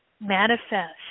manifest